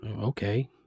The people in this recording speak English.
okay